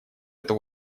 эту